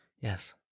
Yes